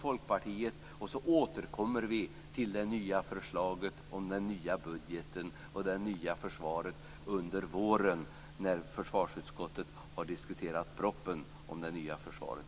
Vi återkommer till det nya förslaget om den nya budgeten och det nya försvaret under våren när försvarsutskottet har diskuterat färdigt propositionen om det nya försvaret.